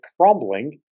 crumbling